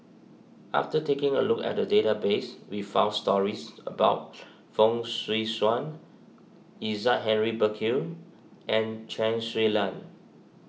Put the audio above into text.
after taking a look at the database we found stories about Fong Swee Suan Isaac Henry Burkill and Chen Su Lan